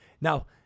Now